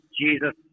jesus